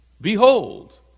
Behold